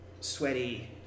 sweaty